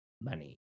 money